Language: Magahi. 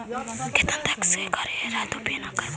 केतना तक के गाड़ी रहतै त बिमा करबा सकली हे?